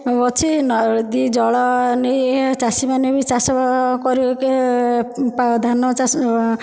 ଅଛି ନଦୀ ଜଳ ନେଇ ଏହା ଚାଷୀମାନେ ବି ଚାଷ କରିକି ଧାନ ଚାଷ